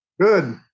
Good